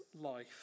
life